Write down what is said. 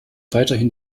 weiterhin